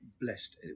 blessed